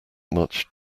much